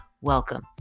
Welcome